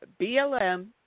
BLM